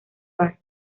bar